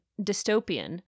dystopian